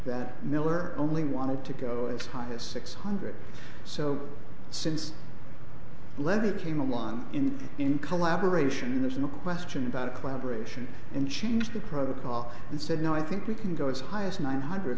that miller only wanted to go as high as six hundred so since leavitt came a line in in collaboration there's no question about collaboration and change the protocol and said no i think we can go as high as nine hundred